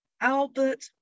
Albert